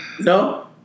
No